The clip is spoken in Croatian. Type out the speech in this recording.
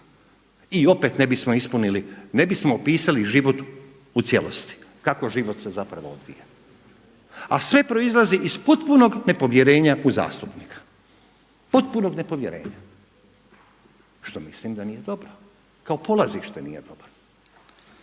i opet ne bismo ispunili, ne bismo opisali život u cijelosti, kako život se zapravo odvija. A sve proizlazi iz potpunog nepovjerenja u zastupnika, potpunog nepovjerenja što mislim da nije dobro, kao polazište nije dobro.